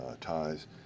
ties